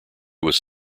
was